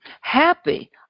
Happy